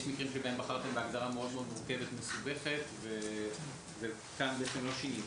יש מקרים בהם בחרתם בהגדרה מאוד מאוד מורכבת ומסובכת וכאן לא שיניתם.